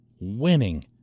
Winning